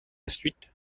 suite